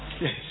Yes